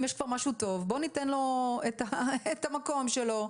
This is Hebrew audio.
אם יש כבר משהו טוב בואו ניתן לו את המקום שלו,